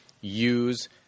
Use